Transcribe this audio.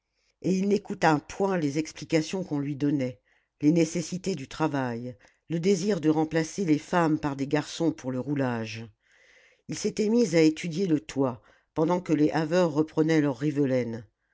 et il n'écouta point les explications qu'on lui donnait les nécessités du travail le désir de remplacer les femmes par des garçons pour le roulage il s'était mis à étudier le toit pendant que les haveurs reprenaient leurs rivelaines